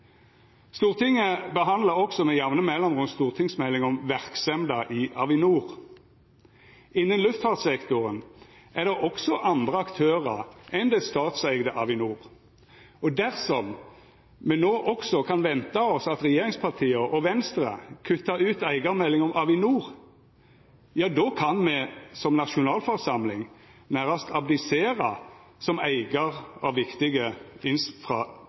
Stortinget handsamar også med jamne mellomrom stortingsmelding om verksemda i Avinor. Innan luftfartssektoren er det også andre aktørar enn det statseigde Avinor, og dersom me no også kan venta oss at regjeringspartia og Venstre kuttar ut eigarmelding om Avinor, ja då kan me som nasjonalforsamling nærast abdisera som eigar av viktige